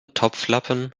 topflappen